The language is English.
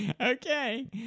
okay